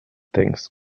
things